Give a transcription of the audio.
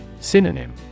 Synonym